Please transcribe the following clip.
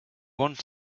want